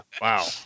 Wow